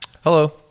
Hello